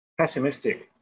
pessimistic